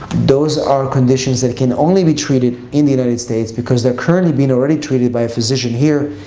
those are conditions that can only be treated in the united states because they're currently been already treated by a physician here,